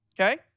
okay